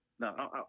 No